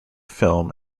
film